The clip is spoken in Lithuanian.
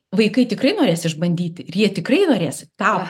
vaikai tikrai norės išbandyti ir jie tikrai norės tą